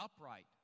upright